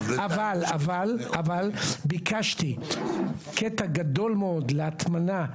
אבל ביקשתי קטע גדול מאוד להטמנה,